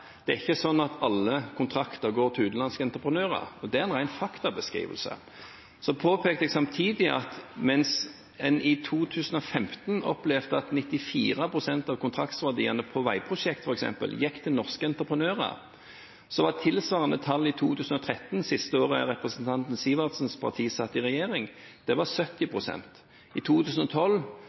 alle kontrakter går til utenlandske entreprenører – og det er en ren faktabeskrivelse. Så påpekte jeg samtidig at mens en i 2015 opplevde at 94 pst. av kontraktsverdiene på veiprosjekt, f.eks., gikk til norske entreprenører, var tilsvarende tall i 2013 – siste året representanten Sivertsens parti satt i regjering – 70 pst. For 2012